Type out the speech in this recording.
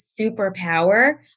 superpower